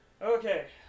Okay